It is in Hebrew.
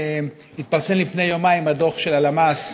התפרסם לפני יומיים הדוח של הלמ"ס,